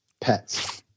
pets